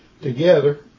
together